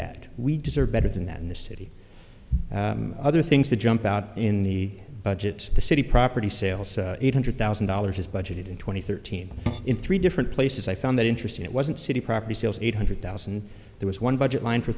that we deserve better than that in the city other things that jump out in the budget the city property sales eight hundred thousand dollars budget in two thousand and thirteen in three different places i found that interesting it wasn't city property sales eight hundred thousand there was one budget line for